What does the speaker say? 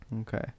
Okay